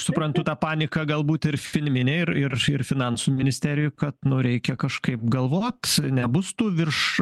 suprantu ta panika galbūt ir filminė ir ir ir finansų ministerijoj kad nu reikia kažkaip galvot nebus tų virš